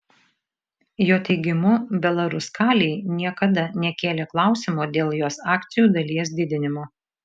jo teigimu belaruskalij niekada nekėlė klausimo dėl jos akcijų dalies didinimo